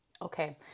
Okay